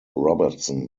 robertson